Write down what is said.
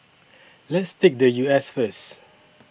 let's take the U S first